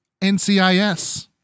NCIS